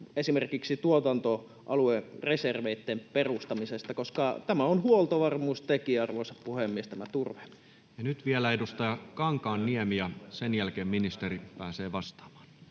esimerkiksi tuotantoaluereserveitten perustamista, koska tämä on huoltovarmuustekijä, arvoisa puhemies, tämä turve? Ja nyt vielä edustaja Kankaanniemi, ja sen jälkeen ministeri pääsee vastaamaan.